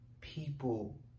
people